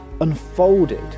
unfolded